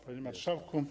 Panie Marszałku!